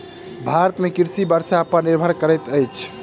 भारत में कृषि वर्षा पर निर्भर करैत अछि